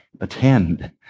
attend